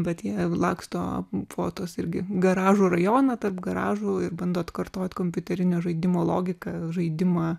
bet jie laksto po tuos irgi garažų rajone tarp garažų ir bando atkartot kompiuterinio žaidimo logiką žaidimą